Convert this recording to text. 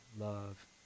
love